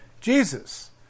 Jesus